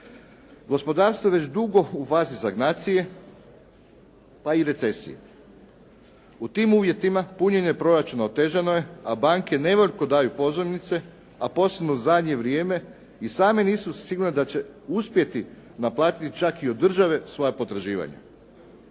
Gospodarstvo je već dugo u fazi stagnacije pa i recesije. U tim uvjetima punjenje proračuna otežano je, a banke nevoljko daju pozajmice, a posebno zadnje vrijeme i same nisu sigurne da će uspjeti naplatiti čak i od države svoja potraživanja.